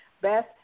Beth